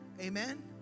Amen